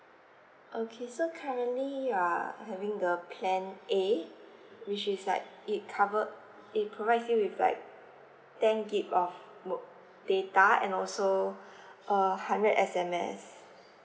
okay so currently you are having the plan A which is like it cover it provides you with like ten G_B of mo~ data and also err hundred S_M_S